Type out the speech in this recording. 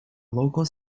locals